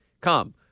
come